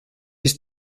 ist